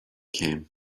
came